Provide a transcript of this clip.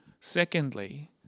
Secondly